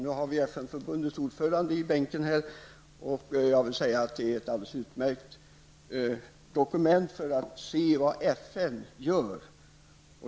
Nu har vi FN-förbundets ordförande i bänken här, och jag vill säga att detta är ett alldeles utmärkt dokument för att se vad FN gör.